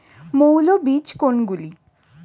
মৌল বীজ কোনগুলি?